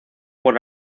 por